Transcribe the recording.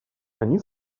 они